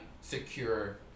secure